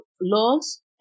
laws